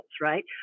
right